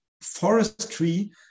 forestry